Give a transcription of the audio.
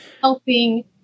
helping